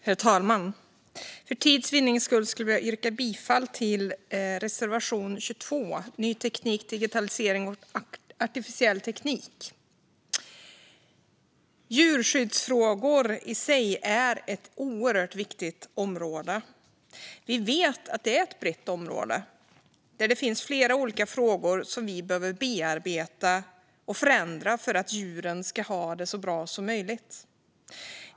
Herr talman! För tids vinnande yrkar jag bifall endast till reservation 23 om ny teknik, digitalisering och artificiell teknik. Djurskyddsfrågor är ett oerhört viktigt område. Vi vet att det är ett brett område där det finns flera olika frågor som vi behöver bearbeta och förändra för att djuren ska ha det så bra som möjligt.